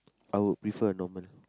I would prefer a normal